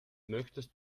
möchtest